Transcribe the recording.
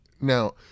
Now